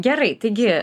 gerai taigi